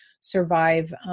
survive